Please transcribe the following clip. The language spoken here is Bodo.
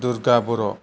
दुर्गा बर'